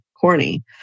corny